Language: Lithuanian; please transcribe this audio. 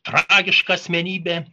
tragiška asmenybė